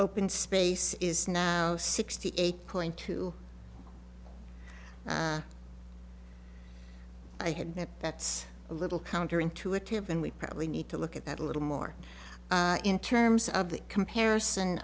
open space is now sixty eight point two i had that's a little counter intuitive and we probably need to look at that a little more in terms of the comparison